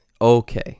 okay